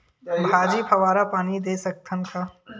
भाजी फवारा पानी दे सकथन का?